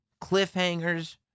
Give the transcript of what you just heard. Cliffhangers